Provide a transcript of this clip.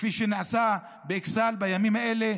כפי שנעשה באכסאל בימים האלה,